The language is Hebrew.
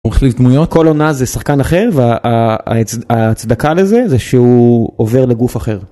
אוכלים תמונות כל עונה זה שחקן אחר וההצדקה לזה זה שהוא עובר לגוף אחר.